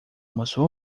almoço